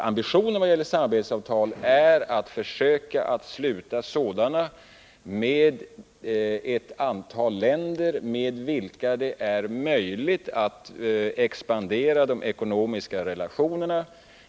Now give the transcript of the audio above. Ambitionen vad gäller samarbetsavtal är att försöka sluta sådana med ett antal länder där det är möjligt att utöka de ekonomiska relationerna.